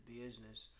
business